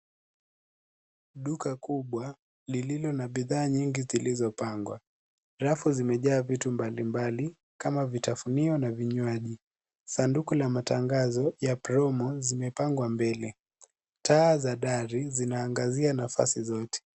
Duka kubwa lililo na bidhaa nyingi zilizopangwa. Rafu limejaa vitu mbali mbali kama vitafunio na vinywaji. sanduku la matangazo ya promo .imepangwa mbele Taa za dari zinaangazia nafasi zote.